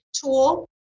tool